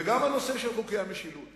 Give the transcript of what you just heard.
וגם בנושא של חוקי המשילות